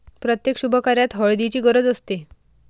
प्रत्येक शुभकार्यात हळदीची गरज असते